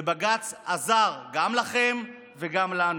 ובג"ץ עזר גם לכם וגם לנו.